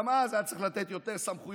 גם אז היה צריך לתת יותר סמכויות,